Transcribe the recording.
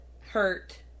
hurt